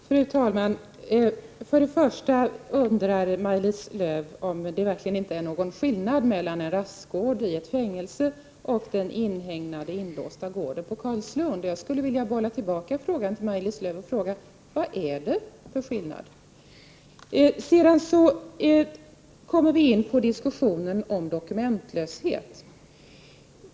Fru talman! Maj-Lis Lööw undrade om det verkligen inte är någon skillnad mellan en rastgård i ett fängelse och den inhägnade låsta gården på Karlslund. Jag skulle vilja bolla tillbaka frågan till Maj-Lis Lööw och säga: Vad är det för skillnad? Sedan kommer vi in på diskussionen om dokumentlösheten.